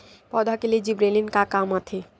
पौधा के लिए जिबरेलीन का काम आथे?